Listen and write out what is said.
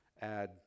add